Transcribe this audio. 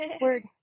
Word